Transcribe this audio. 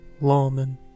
Lawman